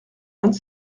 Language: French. vingt